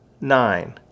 nine